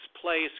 place